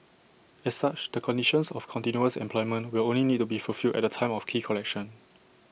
as such the conditions of continuous employment will only need to be fulfilled at the time of key collection